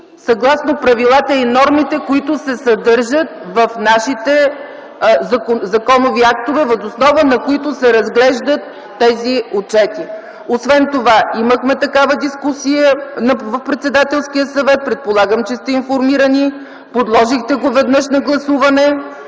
съгласно правилата и нормите, които се съдържат в нашите законови актове (реплики от КБ), въз основа на които се разглеждат тези отчети. Освен това имахме такава дискусия в Председателския съвет - предполагам, че сте информирани. Подложихте го веднъж на гласуване,